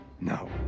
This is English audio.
No